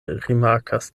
rimarkas